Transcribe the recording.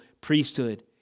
priesthood